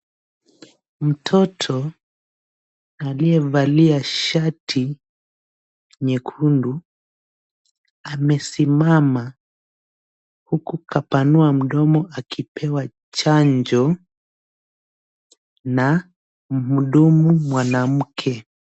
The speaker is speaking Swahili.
Mtoto aliyevalia shati nyekundu amesimama huku kupanua mdomo akipewa chanjo na mhudumu mwanamke.